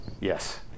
Yes